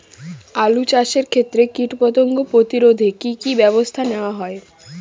আলু চাষের ক্ষত্রে কীটপতঙ্গ প্রতিরোধে কি কী ব্যবস্থা নেওয়া হয়?